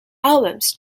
albums